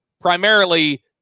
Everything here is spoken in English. Primarily